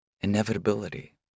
inevitability